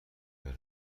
برم